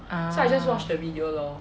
a'ah